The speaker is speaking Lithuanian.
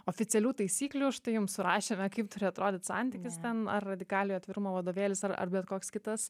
oficialių taisyklių štai jums surašėme kaip turi atrodyt santykis ten ar radikaliojo atvirumo vadovėlis ar ar bet koks kitas